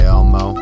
Elmo